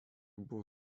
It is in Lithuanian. buvo